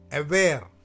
aware